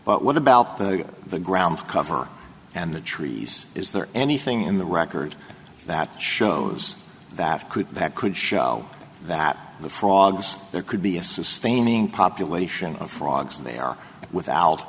but what about the the ground cover and the trees is there anything in the record that shows that that could show that the frogs there could be a sustaining population of frogs they are without